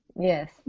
Yes